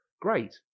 Great